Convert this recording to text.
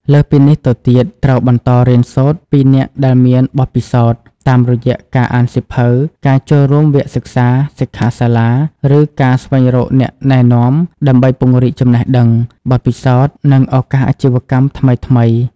លើសពីនេះទៅទៀត ត្រូវបន្តរៀនសូត្រពីអ្នកដែលមានបទពិសោធន៍ តាមរយៈការអានសៀវភៅ ការចូលរួមវគ្គសិក្សា សិក្ខាសាលា ឬការស្វែងរកអ្នកណែនាំ ដើម្បីពង្រីកចំណេះដឹង បទពិសោធន៍ និងឱកាសអាជីវកម្មថ្មីៗ។